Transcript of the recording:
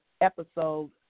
episode